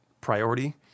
priority